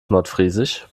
nordfriesisch